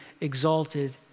exalted